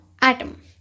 atom